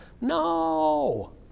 No